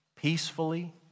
peacefully